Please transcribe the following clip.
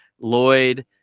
Lloyd